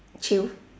true